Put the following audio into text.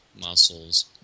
muscles